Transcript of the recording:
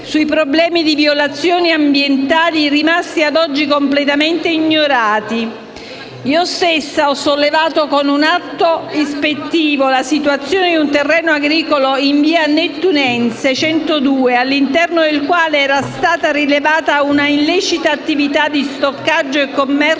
su problemi relativi a violazioni ambientali rimaste ad oggi completamente ignorate. Io stessa ho sollevato con un atto ispettivo la situazione di un terreno agricolo in Via Nettunense 102 all'interno del quale era stata rilevata una illecita attività di stoccaggio e commercio